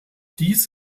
dies